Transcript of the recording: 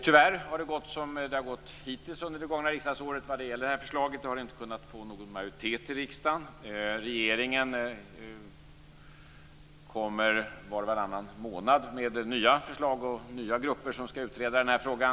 Tyvärr har det gått som det har gjort hittills under det gångna riksdagsåret vad gäller det här förslaget. Det har inte gått att få någon majoritet i riksdagen. Regeringen kommer var och varannan månad med nya förslag och nya grupper som skall utreda den här frågan.